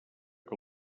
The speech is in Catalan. que